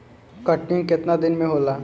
कटनी केतना दिन में होला?